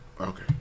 Okay